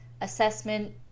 assessment